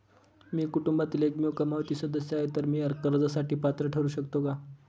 मी कुटुंबातील एकमेव कमावती सदस्य आहे, तर मी कर्जासाठी पात्र ठरु शकतो का?